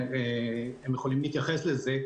הם יכולים להתייחס לזה.